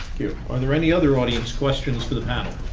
are there any other audience questions for the panel?